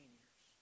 years